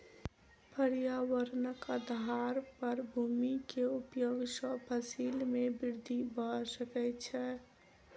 पर्यावरणक आधार पर भूमि के उपयोग सॅ फसिल में वृद्धि भ सकै छै